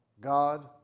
God